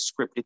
scripted